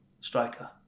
striker